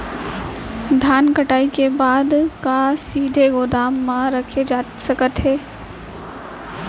धान कटाई के बाद का सीधे गोदाम मा रखे जाथे सकत हे?